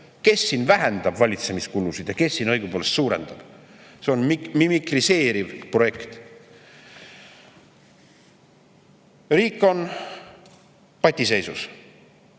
Kes siin vähendab valitsemiskulusid ja kes siin õigupoolest suurendab? See on mimikriseeriv projekt. Riik on patiseisus,